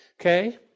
okay